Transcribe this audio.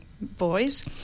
boys